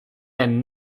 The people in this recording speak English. had